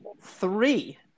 three